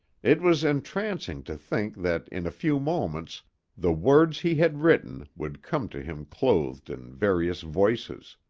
it was entrancing to think that in a few moments the words he had written would come to him clothed in various voices,